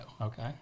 Okay